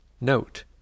Note